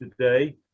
today